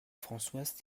françoise